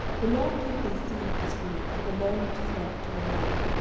the lord give thee seed of this woman for the loan which is lent to the lord.